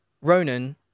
ronan